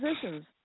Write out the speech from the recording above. positions